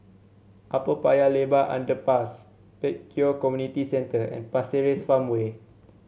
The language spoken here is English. Upper Paya Lebar Underpass Pek Kio Community Centre and Pasir Ris Farmway